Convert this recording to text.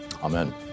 Amen